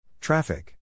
Traffic